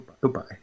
Goodbye